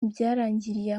ntibyarangiriye